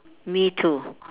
me too